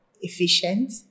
efficient